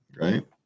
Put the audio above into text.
Right